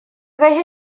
byddai